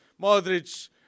Modric